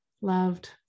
loved